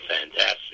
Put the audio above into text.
fantastic